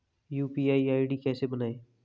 UPI ID कैसे बनाएं?